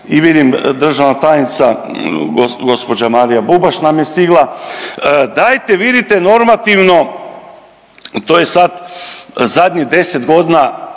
i vidim, državna tajnica, gđa. Marija Bubaš nam je stigla, dajte vidite normativno to je sad zadnjih 10 godina